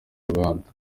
ruganda